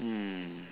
um